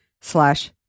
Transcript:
slash